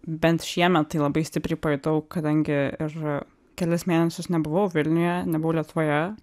bent šiemet tai labai stipriai pajutau kadangi ir kelis mėnesius nebuvau vilniuje nebuvau lietuvoje